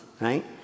right